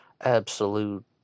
absolute